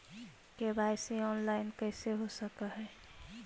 KYC online कैसे हो सक है?